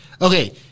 Okay